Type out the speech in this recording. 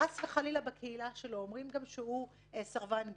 וחס וחלילה בקהילה שלו אומרים שהוא סרבן גט,